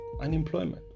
Unemployment